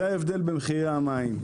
זה ההבדל במחירי המים,